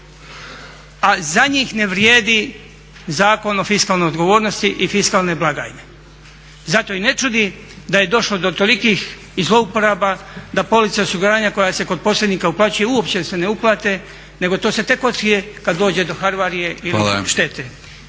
a za njih ne vrijedi Zakon o fiskalnoj odgovornosti i fiskalne blagajne. Zato i ne čudi da je došlo do tolikih i zlouporaba, da polica osiguranja koja se kod posrednika uplaćuje uopće se ne uplate nego to se tek otkrije kad dođe do havarije ili štete.